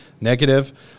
negative